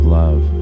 love